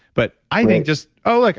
but i think just, oh, like